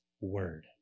word